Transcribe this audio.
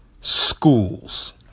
schools